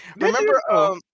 Remember